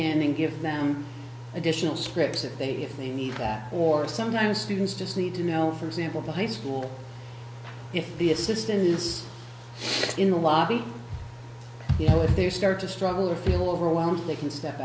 in and give them additional scripts if they if they need that or sometimes students just need to know for example by school if the assistant is in the lobby you know if they start to struggle or feel overwhelmed